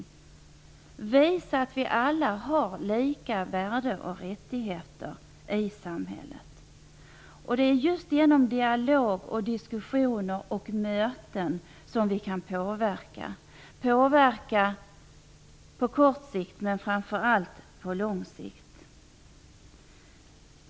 Vi måste visa att vi alla har lika värde och rättigheter i samhället. Det är just genom dialog, diskussioner och möten som vi kan påverka på kort sikt, men framför allt på lång sikt.